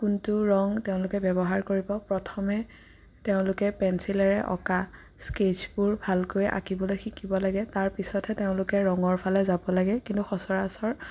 কোনটো ৰং তেওঁলোকে ব্যৱহাৰ কৰিব প্ৰথমে তেওঁলোকে পেঞ্চিলেৰে অঁকা স্কেচবোৰ ভালকৈ আঁকিবলৈ শিকিব লাগে তাৰপিছতহে তেওঁলোকে ৰঙৰ ফালে যাব লাগে কিন্তু সচৰাচৰ